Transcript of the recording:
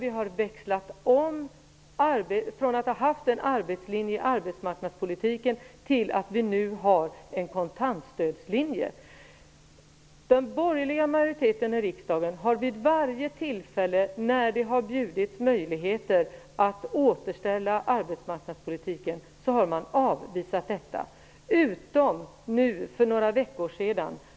Från att ha haft en arbetslinje i arbetsmarknadspolitiken har vi växlat till att nu ha en kontantstödslinje. Den borgerliga majoriteten i riksdagen har vid varje tillfälle då det har bjudits möjligheter att återställa arbetsmarknadspolitiken varit avvisande, förutom nu för några veckor sedan.